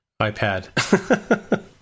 iPad